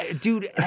Dude